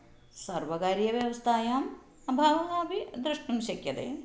सर्वकारीयव्यवस्थायाम् अभावः अपि द्रष्टुं शक्यते